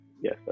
yes